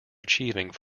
achieving